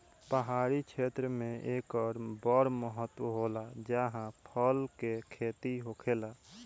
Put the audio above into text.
पहाड़ी क्षेत्र मे एकर बड़ महत्त्व होला जाहा फल के खेती होखेला